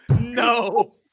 no